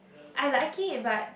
I like it but